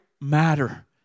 matter